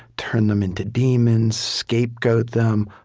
turn them into demons, scapegoat them,